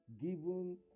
given